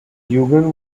eugene